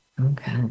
Okay